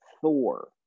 Thor